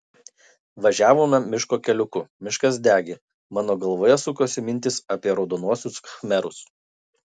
važiavome miško keliuku miškas degė mano galvoje sukosi mintys apie raudonuosius khmerus